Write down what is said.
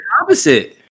opposite